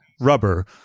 rubber